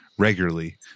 Regularly